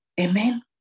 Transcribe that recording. amen